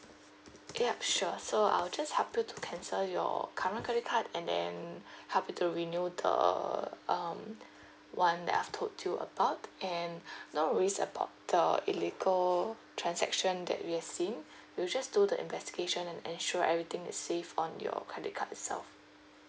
yup sure so I'll just help you to cancel your current credit card and then help you to renew the um [one] that I've told you about and no worries about the illegal transaction that you have seen we'll just do the investigation and ensure everything is safe on your credit card itself